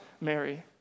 Mary